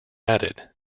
added